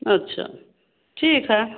अच्छा ठीक है